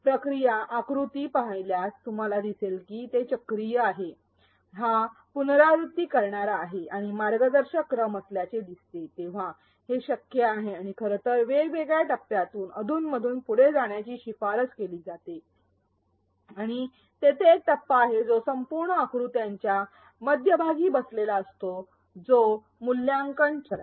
प्रक्रिया आकृती पाहिल्यास तुम्हाला दिसेल की ते चक्रीय आहे हा पुनरावृत्ती करणारा आहे आणि मार्गदर्शक क्रम असल्याचे दिसते तेव्हा हे शक्य आहे आणि खरं तर वेगवेगळ्या टप्प्यांतून अधून मधून पुढे जाण्याची शिफारस केली जाते आणि तेथे एक टप्पा आहे जो संपूर्ण आकृत्यांच्या मध्यभागी बसलेला असतो तो म्हणजे मूल्यांकन चरण